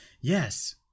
Yes